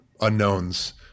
unknowns